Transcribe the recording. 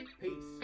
Peace